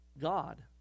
God